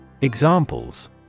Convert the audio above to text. Examples